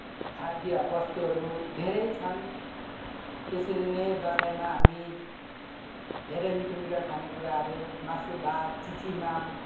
खाद्य बस्तुहरू धेरै छन् त्यसरी नै दसैँमा हामी धेरै मिठो मिठो खाने कुराहरू मासु भात चिचि माम